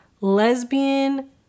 lesbian